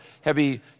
heavy